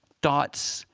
dots,